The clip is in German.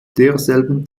derselben